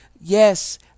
Yes